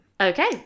Okay